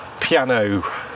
piano